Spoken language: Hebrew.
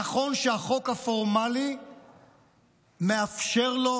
נכון שהחוק הפורמלי מאפשר לו